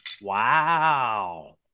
Wow